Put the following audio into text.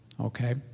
Okay